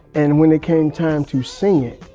and when it came time to sing,